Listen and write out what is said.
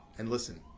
and listen.